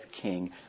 king